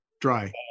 Dry